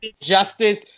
Justice